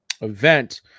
event